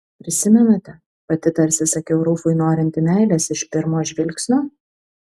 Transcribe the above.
prisimenate pati tarsi sakiau rufui norinti meilės iš pirmo žvilgsnio